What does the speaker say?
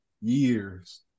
years